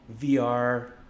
VR